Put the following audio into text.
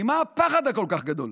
ממה הפחד הכל-כך גדול,